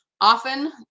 Often